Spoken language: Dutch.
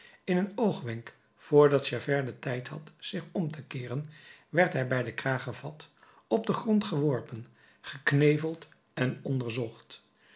in een oogwenk vr dat javert den tijd had zich om te keeren werd hij bij den kraag gevat op den grond geworpen gekneveld en onderzocht